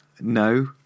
no